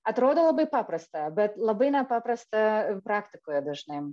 atrodo labai paprasta bet labai nepaprasta praktikoje dažnai